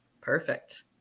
Perfect